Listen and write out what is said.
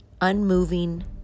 unmoving